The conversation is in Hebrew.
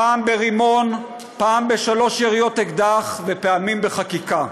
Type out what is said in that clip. פעם ברימון, פעם בשלוש יריות אקדח ופעמים בחקיקה.